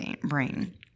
brain